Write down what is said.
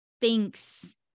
thinks